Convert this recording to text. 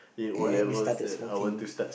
and you started smoking